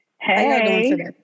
Hey